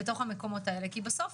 השר לשעבר,